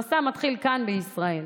המסע מתחיל כאן, בישראל,